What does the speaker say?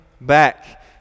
back